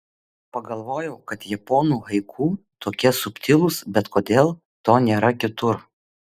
pagalvojau kad japonų haiku tokie subtilūs bet kodėl to nėra kitur